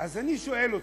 אז אני שואל אתכם: